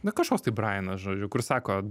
na kažkoks tai brajenas žodžiu kur sako